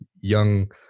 young